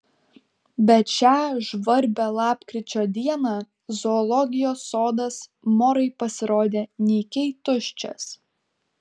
bet šią žvarbią lapkričio dieną zoologijos sodas morai pasirodė nykiai tuščias